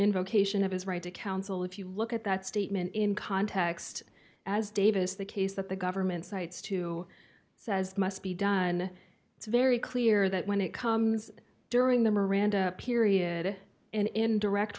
indication of his right to counsel if you look at that statement in context as davis the case that the government cites to says must be done it's very clear that when it comes during the miranda period and in direct